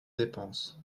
dépenses